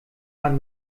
man